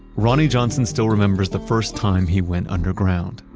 ronnie johnson still remembers the first time he went underground.